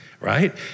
right